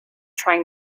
trying